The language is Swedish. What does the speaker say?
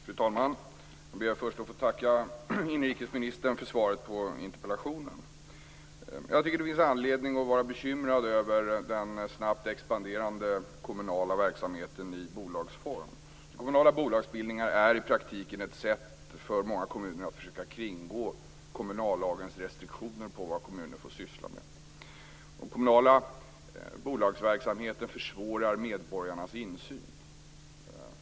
Fru talman! Jag ber först att få tacka inrikesministern för svaret på interpellationen. Jag tycker att det finns anledning att vara bekymrad över den snabbt expanderade kommunala verksamheten i bolagsform. Kommunala bolagsbildningar är i praktiken ett sätt för många kommuner att försöka kringgå kommunallagens restriktioner av vad kommuner får syssla med. Den kommunala bolagsverksamheten försvårar medborgarnas insyn.